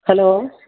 hello